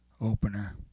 opener